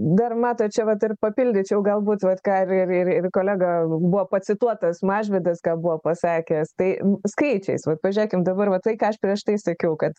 dar matot čia vat ir papildyčiau galbūt vat ką ir ir ir kolega buvo pacituotas mažvydas ką buvo pasakęs tai skaičiais vat pažiūrėkim dabar va tai ką aš prieš tai sakiau kad